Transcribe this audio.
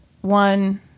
one